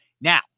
Now